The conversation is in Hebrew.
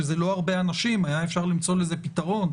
שזה לא הרבה אנשים, היה אפשר למצוא לזה פתרון.